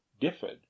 differed